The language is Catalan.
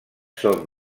són